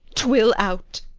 twill out,